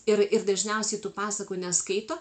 ir ir dažniausiai tų pasakų neskaito